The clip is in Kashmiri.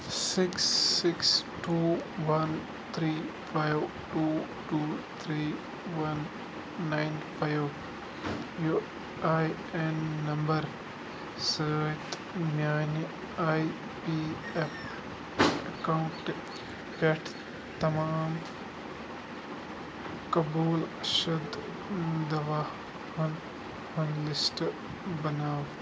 six six two one three five two two three one nine five U A N number سۭتۍ میٛانہِ آی پی اٮ۪ف اٮ۪کاوُنٛٹ پٮ۪ٹھ تمام قبول شُد دَوا ہُن ہُنٛد لِسٹ بناو